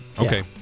Okay